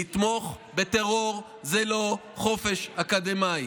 לתמוך בטרור זה לא חופש אקדמי.